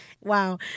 Wow